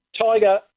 Tiger